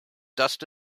dust